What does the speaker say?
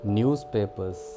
Newspapers